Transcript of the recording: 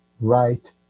Right